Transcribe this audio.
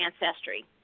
ancestry